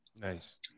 Nice